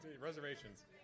reservations